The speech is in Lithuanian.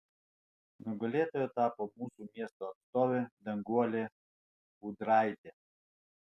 nugalėtoja tapo mūsų miesto atstovė danguolė ūdraitė